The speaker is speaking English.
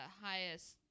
highest